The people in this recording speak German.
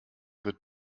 wird